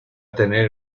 tener